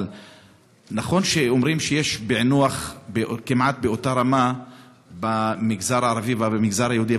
אבל נכון שאומרים שיש פענוח כמעט באותה רמה במגזר הערבי ובמגזר היהודי,